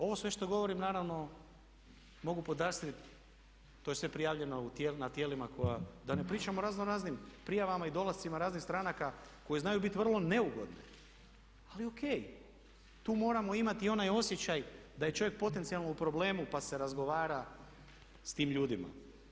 Ovo sve što govorim naravno mogu podastrijeti, to je sve prijavljeno na tijelima koja, da ne pričam o razno raznim prijavama i dolascima raznih stranaka koji znaju biti vrlo neugodne, ali ok tu moramo imati onaj osjećaj da je čovjek potencijalno u problemu pa se razgovara s tim ljudima.